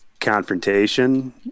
confrontation